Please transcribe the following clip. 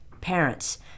parents